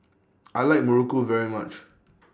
I like Muruku very much